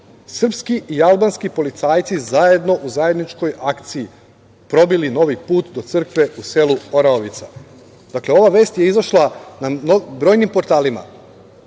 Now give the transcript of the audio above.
srpski i albanski policajci u zajedničkoj akciji, probili novi put do crkve u selu Oraovica. Ova vest je izašla na brojnim portalima.